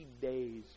days